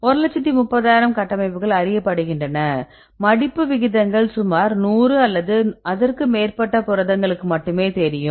ஒரு லட்சத்து முப்பதாயிரம் கட்டமைப்புகள் அறியப்படுகின்றன மடிப்பு விகிதங்கள் சுமார் நூறு அல்லது அதற்கு மேற்பட்ட புரதங்களுக்கு மட்டுமே தெரியும்